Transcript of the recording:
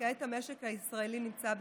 וכעת המשק הישראלי נמצא בהתאוששות.